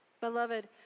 Beloved